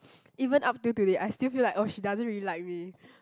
even up till today I still feel like oh she doesn't really like me